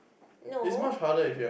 no